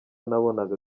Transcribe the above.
nabonaga